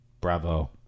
Bravo